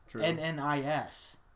N-N-I-S